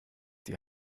die